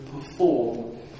perform